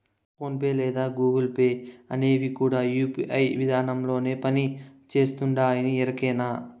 phone pay లేదా Google Pay అనేవి కూడా యూ.పీ.ఐ విదానంలోనే పని చేస్తుండాయని ఎరికేనా